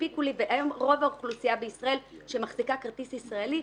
הנפיקו לי אותו ורוב האוכלוסייה בישראל שמחזיקה כרטיס ישראלי,